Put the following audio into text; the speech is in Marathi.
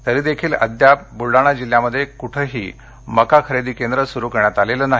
तरी देखील अजूनपर्यंत बूलडाणा जिल्हयामध्ये कूठेही मका खरेदी केंद्र सुरू करण्यात आलेलं नाही